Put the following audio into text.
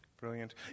Brilliant